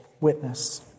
witness